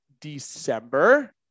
December